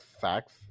sex